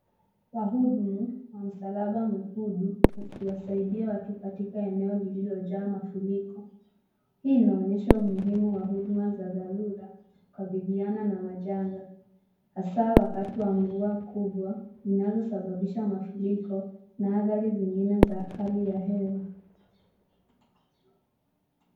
Wahudumu wa msalaba mwekundu wakiwasiadia watu katika eneo lililojaa mafuriko. Hii inaonyesha umuhimu wa huduma za dharura kukabidhiana na majanga hasa wakati wa mvua kubwa inayosababisha mafuriko na hadhari zingine za hali ya hewa.